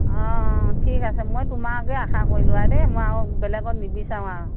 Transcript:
অ ঠিক আছে মই তোমাকে আশা কৰিলোঁ আৰু দেই মই আৰু বেলেগত নিবিচাৰোঁ আৰু